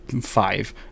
five